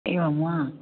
एवं वा